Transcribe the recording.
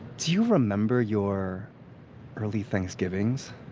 do you remember your early thanksgivings?